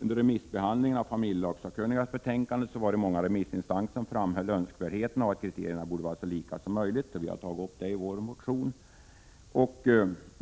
Under remissbehandlingen av familjelagssakkunnigas betänkande framhöll många remissinstanser önskvärdheten av att kriterierna borde vara så lika som möjligt. Vi har tagit upp denna fråga i vår motion.